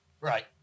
Right